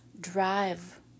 drive